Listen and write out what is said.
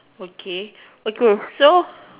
okay okay so